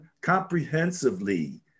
comprehensively